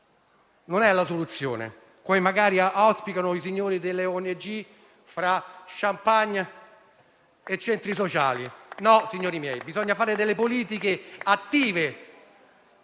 non è la soluzione: poi magari lo auspicano i signori delle ONG, tra champagne e centri sociali. No, signori miei: bisogna fare delle politiche attive